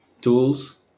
tools